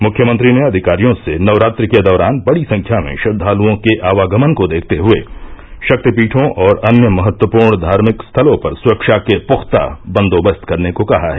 मुख्यमंत्री ने अधिकारियों से नवरात्रि के दौरान बड़ी संख्या में श्रद्वाल्ओं के आवागमन को देखते हुए शक्तिपीठों और अन्य महत्वपूर्ण धार्मिक स्थलों पर सुरक्षा के पुख्ता बंदोबस्त करने को कहा है